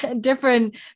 different